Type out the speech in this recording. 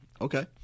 Okay